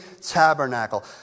tabernacle